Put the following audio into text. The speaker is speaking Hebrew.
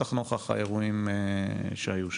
בטח נוכח האירועים שהיו שם.